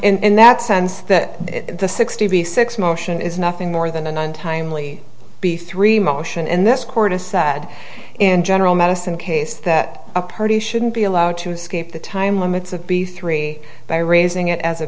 and that sense that the sixty six motion is nothing more than an untimely b three motion and this court has said in general medicine case that a party shouldn't be allowed to escape the time limits of b three by raising it as a